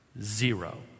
zero